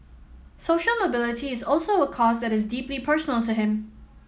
social mobility is also a cause that is deeply personal to him